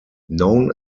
known